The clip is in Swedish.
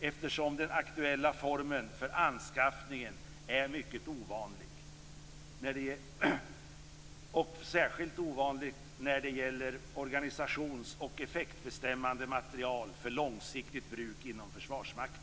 eftersom den aktuella formen för anskaffning är särskilt ovanlig när det gäller organisationsoch effektbestämmande materiel för långsiktigt bruk inom Försvarsmakten.